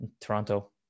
Toronto